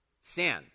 sin